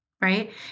right